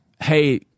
hey